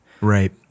Right